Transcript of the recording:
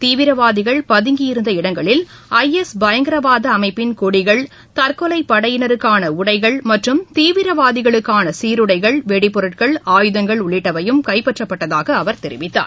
தீவிரவாதிகள் பதங்கியிருந்த இடங்களில் ஐஎஸ் பயங்கரவாதஅமைப்பின் கொடிகள் தற்கொலைபடையினருக்கானஉடகள் மற்றும் தீவிரவாதிகளுக்கானசீருடைகள் வெடிபொருட்கள் ஆயுதங்கள் உள்ளிட்டவையும் கைப்பற்றப்பட்டதாகஅவர் தெரிவித்தார்